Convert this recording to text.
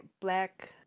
black